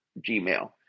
Gmail